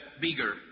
bigger